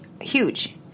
huge